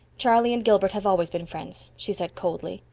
charlie and gilbert have always been friends, she said coldly.